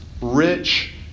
rich